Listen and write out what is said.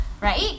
right